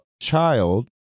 child